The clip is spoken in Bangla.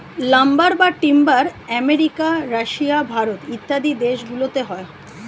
লাম্বার বা টিম্বার আমেরিকা, রাশিয়া, ভারত ইত্যাদি দেশ গুলোতে হয়